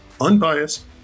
unbiased